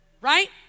right